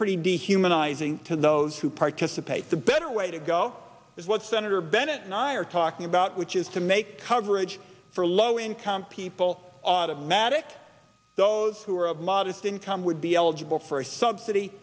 pretty dehumanizing to those who participate the better way to go is what senator bennett and i are talking about which is to make coverage for low income people automatic those who are of modest income would be